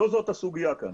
לא זאת הסוגיה כאן,